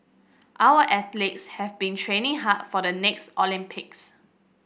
our athletes have been training hard for the next Olympics